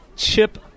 Chip